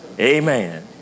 Amen